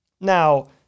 Now